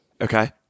Okay